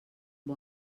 bon